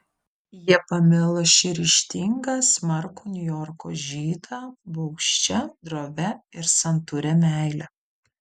jie pamilo šį ryžtingą smarkų niujorko žydą baugščia drovia ir santūria meile